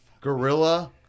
Gorilla